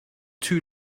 too